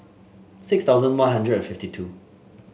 six thousand One Hundred and fifty two